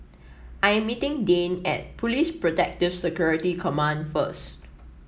I am meeting Dayne at Police Protective Security Command first